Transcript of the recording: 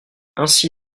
ainsi